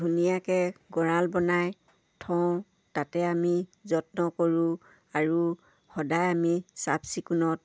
ধুনীয়াকে গঁৰাল বনাই থওঁ তাতে আমি যত্ন কৰোঁ আৰু সদায় আমি চাফ চিকুণত